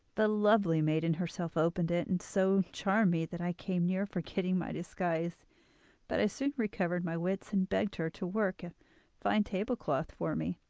the lovely maiden herself opened it, and so charmed me that i came near forgetting my disguise but i soon recovered my wits, and begged her to work a fine table-cloth for me,